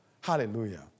Hallelujah